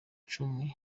macumi